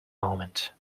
moment